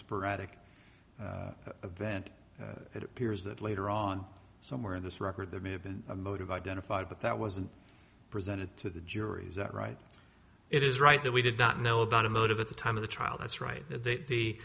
sporadic that it appears that later on somewhere in this record there may have been a motive identified but that wasn't presented to the jury's out right it is right that we did not know about a motive at the time of the trial that's right